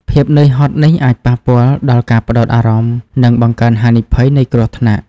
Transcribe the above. ភាពនឿយហត់នេះអាចប៉ះពាល់ដល់ការផ្ដោតអារម្មណ៍ និងបង្កើនហានិភ័យនៃគ្រោះថ្នាក់។